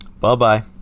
Bye-bye